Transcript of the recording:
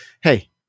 Hey